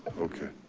okay,